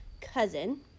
cousin